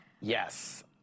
Yes